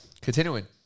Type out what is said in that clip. continuing